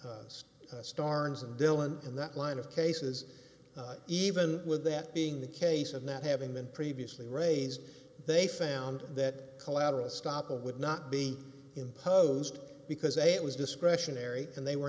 dillon in that line of cases even with that being the case of not having been previously raised they found that collateral estoppel would not be imposed because a it was discretionary and they were